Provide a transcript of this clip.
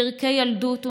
פרקי ילדות ונעורים,